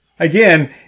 Again